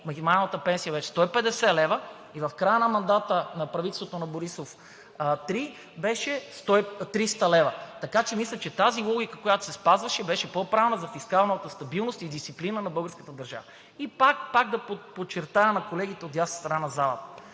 минималната пенсия беше 150 лв. и в края на мандата на правителството на Борисов 3 беше 300 лв. Мисля, че тази логика, която се спазваше, беше по-правилна за фискалната стабилност и дисциплина на българската държава. Пак да подчертая за колегите от дясната страна на